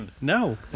No